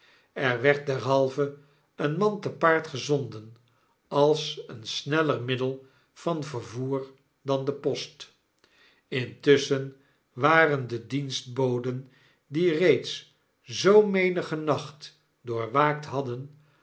er werd derhalve een man te paard gezonden als een sneller middel van vervoer dan de post intusschen waren de dienstboden die reeds zoo menigen nacht doorwaakt hadden